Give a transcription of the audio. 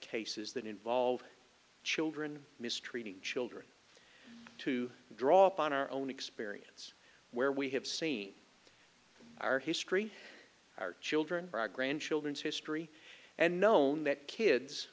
cases that involve children mistreating children to draw upon our own experience where we have seen our history our children our grandchildren's history and known that kids